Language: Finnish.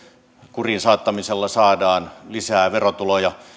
kuriin saattamalla saadaan lisää verotuloja